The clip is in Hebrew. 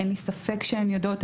אין לי ספק שהן יודעות.